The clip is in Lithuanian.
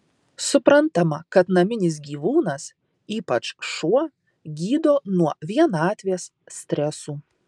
suprantama kad naminis gyvūnas ypač šuo gydo nuo vienatvės stresų